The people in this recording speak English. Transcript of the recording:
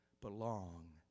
belong